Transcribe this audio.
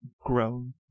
grown